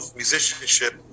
musicianship